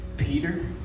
Peter